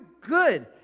good